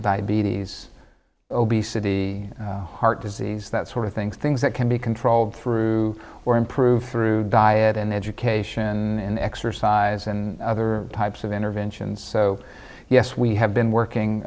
diabetes obesity heart disease that sort of things things that can be controlled through or improved through diet and education and exercise and other types of interventions so yes we have been